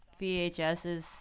VHSs